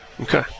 Okay